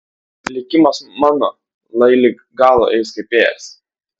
likimas mano lai lig galo eis kaip ėjęs